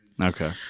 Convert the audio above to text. okay